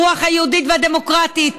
הרוח היהודית והדמוקרטית,